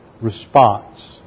response